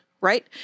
right